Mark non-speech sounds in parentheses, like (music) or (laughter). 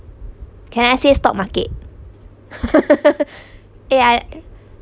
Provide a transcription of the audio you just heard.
can I say stock market (laughs) eh I